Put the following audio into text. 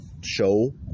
show